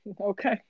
Okay